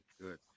good